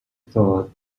thought